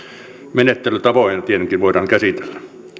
menettelytapoja tietenkin voidaan käsitellä